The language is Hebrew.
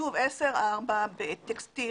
כתוב 10-4 בטקסטיל,